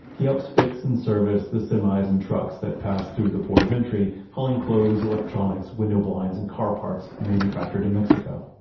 he helps fix and service the semis and trucks that pass through the port of entry, hauling clothes, electronics, window blinds, and car parts manufactured in mexico.